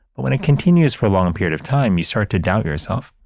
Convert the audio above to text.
but when it continues for a long period of time, you start to doubt yourself.